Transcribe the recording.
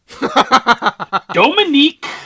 Dominique